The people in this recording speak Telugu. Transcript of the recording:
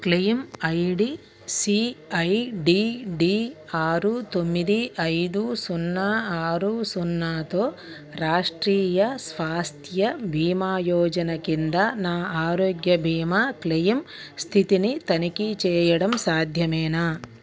క్లెయిమ్ ఐడీ సిఐడీడీ ఆరు తొమ్మిది ఐదు సున్నా ఆరు సున్నాతో రాష్ట్రీయ స్వాస్థ్య భీమా యోజన కింద నా ఆరోగ్య భీమా క్లెయిమ్ స్థితిని తనిఖీ చేయడం సాధ్యమేనా